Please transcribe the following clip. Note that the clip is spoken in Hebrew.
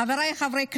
חבריי חברי הכנסת,